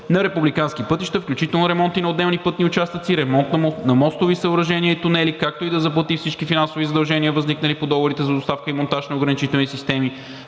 на републикански пътища, включително ремонти на отделни пътни участъци, ремонт на мостови съоръжения и тунели, както и да заплати всички финансови задължения, възникнали по договорите за доставка и монтаж на ограничителни системи,